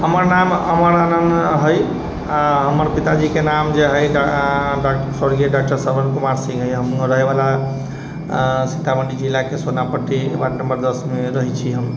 हमर नाम अमर राम हइ आओर हमर पिताजीके नाम जे हइ स्वर्गीय डॉक्टर श्रवण कुमार सिंह हइ आओर हम रहैवला सीतामढ़ी जिलाके सोनापट्टी वार्ड नम्बर दसमे रहै छी हम